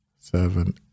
seven